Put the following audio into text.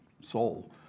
soul